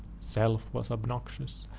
self was obnoxious,